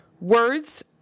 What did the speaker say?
words